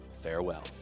farewell